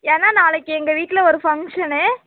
ஏன்னா நாளைக்கு எங்கள் வீட்டில் ஒரு ஃபங்க்ஷனு